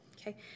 okay